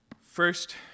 First